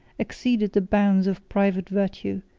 exceeded the bounds of private virtue,